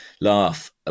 laugh